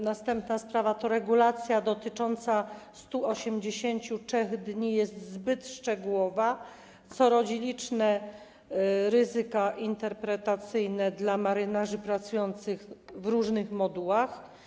Następna sprawa - regulacja dotycząca 183 dni jest zbyt szczegółowa, co rodzi liczne ryzyka interpretacyjne dla marynarzy pracujących w różnych modułach.